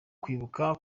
kwibuka